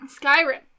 Skyrim